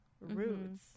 roots